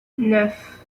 neuf